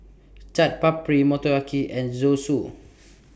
Chaat Papri Motoyaki and Zosui